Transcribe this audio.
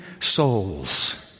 souls